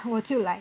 我就 like